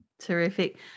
Terrific